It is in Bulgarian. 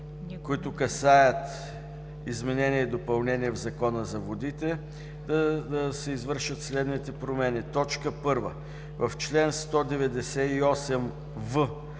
които касаят изменение и допълнение в Закона за водите, да се извършат следните промени: „1. В чл. 198в,